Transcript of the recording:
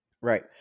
Right